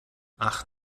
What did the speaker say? ach